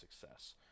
success